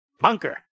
BUNKER